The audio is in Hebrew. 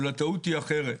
אבל הטעות היא אחרת.